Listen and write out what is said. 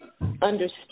understand